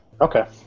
Okay